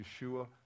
Yeshua